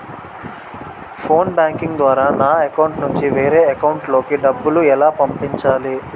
Phone banking ద్వారా నా account నుంచి వేరే అకౌంట్ లోకి డబ్బులు ఎలా పంపించాలి?